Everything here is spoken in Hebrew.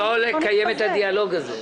לא לקיים את הדיאלוג הזה.